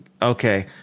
Okay